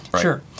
Sure